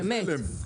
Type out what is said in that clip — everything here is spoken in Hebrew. נו באמת.